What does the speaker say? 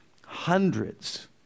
Hundreds